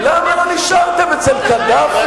למה לא נשארתם אצל קדאפי